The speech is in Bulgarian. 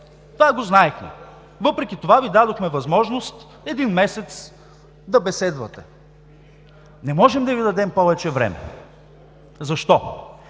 Това го знаехме. Въпреки това Ви дадохме възможност един месец да беседвате. Не можем да Ви дадем повече време. Защо?